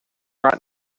right